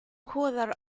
jugador